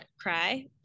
cry